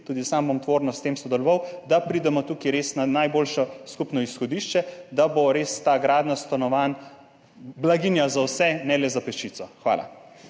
tudi sam bom tvorno sodeloval pri tem, da pridemo tukaj res na najboljše skupno izhodišče, da bo res gradnja stanovanj blaginja za vse, ne le za peščico. Hvala.